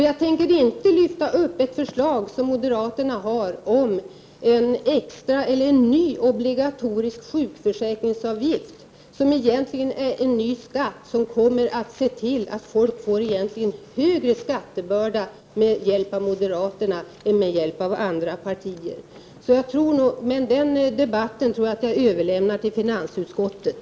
Jag tänker inte lyfta upp det förslag som moderaterna har om en ny obligatorisk sjukförsäkringsavgift, som egentligen är en ny skatt som kommer att innebära att folk får större skattebörda med hjälp av moderaterna än vad andra partier föreslår. Men den debatten tror jag vi kan överlämna till finansutskottet.